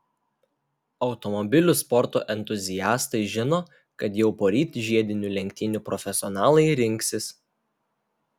automobilių sporto entuziastai žino kad jau poryt žiedinių lenktynių profesionalai rinksis